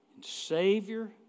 Savior